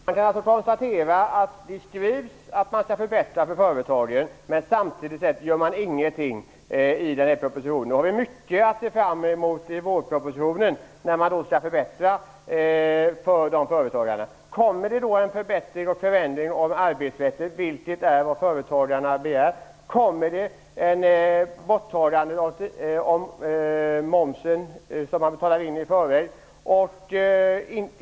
Fru talman! Man kan konstatera att det i propositionen skrivs att man skall förbättra för företagen, men samtidigt gör man ingenting. Nu har vi mycket att se fram emot i vårpropositionen, när man nu skall förbättra situationen för företagarna. Blir det då en förbättring och förändring av arbetsrätten, vilket är vad företagarna begär. Kommer man att ändra på att momsen skall betalas in i förväg?